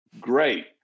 great